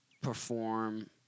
perform